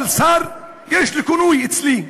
כל שר יש לו כינוי אצלי.